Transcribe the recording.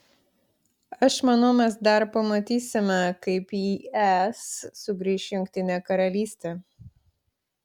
aš manau mes dar pamatysime kaip į es sugrįš jungtinė karalystė